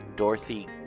Dorothy